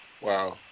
Wow